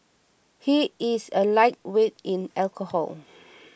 he is a lightweight in alcohol